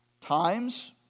Times